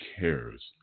cares